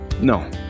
No